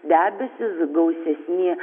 debesys gausesni